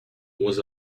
was